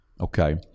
okay